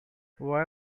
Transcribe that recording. why